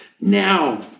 Now